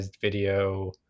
video